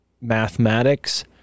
mathematics